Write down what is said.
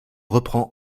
reprend